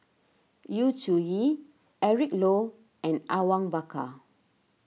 Yu Zhuye Eric Low and Awang Bakar